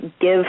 give